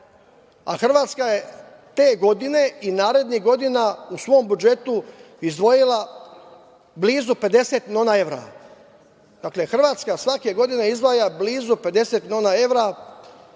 a Hrvatske je te godine i narednih godina u svom budžetu izdvojila blizu 50 miliona evra. Dakle, Hrvatska svake godine izdvaja blizu 50 miliona evra